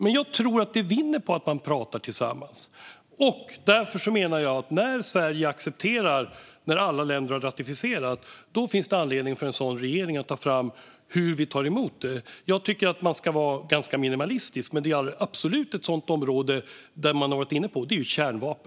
Men jag tror att vi vinner på att prata tillsammans. Därför menar jag att när Sverige accepteras, när alla länder har ratificerat, finns det anledning för regeringen att ta fram hur vi ska ta emot det. Jag tycker att man ska vara ganska minimalistisk. Men kärnvapen är absolut ett sådant område som man varit inne på.